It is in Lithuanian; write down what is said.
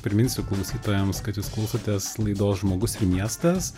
priminsiu klausytojams kad jūs klausotės laidos žmogus ir miestas